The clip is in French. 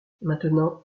maintenant